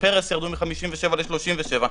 פרס ירדו מ-57% ל-37%.